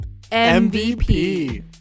MVP